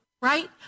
right